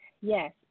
Yes